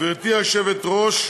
גברתי היושבת-ראש,